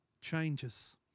changes